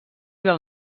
del